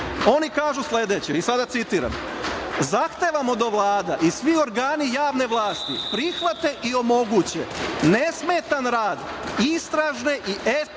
oni kažu sledeće i sada citiram